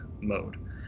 mode